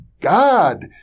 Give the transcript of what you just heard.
God